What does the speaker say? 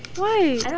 why